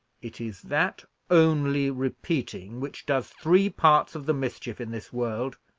it is that only repeating which does three parts of the mischief in this world,